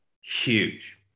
huge